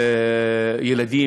ילדים,